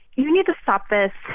you need to stop this.